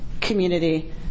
community